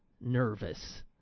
nervous